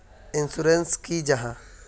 Insurance की जाहा?